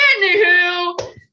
Anywho